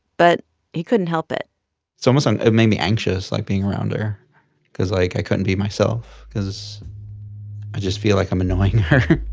but he couldn't help it it's almost it made me anxious, like, being around her because, like, i couldn't be myself because i just feel like i'm annoying her